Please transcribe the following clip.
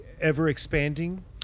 ever-expanding